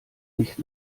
nicht